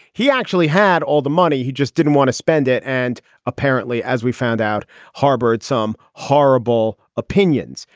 he actually had all the money. he just didn't want to spend it. and apparently as we found out harbored some horrible opinions.